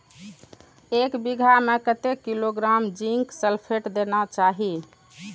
एक बिघा में कतेक किलोग्राम जिंक सल्फेट देना चाही?